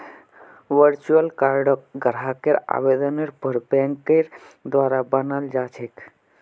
virtual कार्डक ग्राहकेर आवेदनेर पर बैंकेर द्वारा बनाल जा छेक